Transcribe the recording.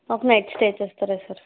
ఒక night stay చేస్తారా sir